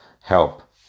help